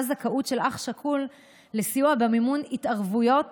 זכאות של אח שכול לסיוע במימון התערבויות